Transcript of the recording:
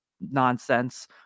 nonsense